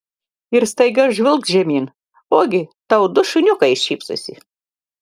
ir staiga žvilgt žemyn ogi tau du šuniukai šypsosi